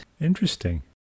Interesting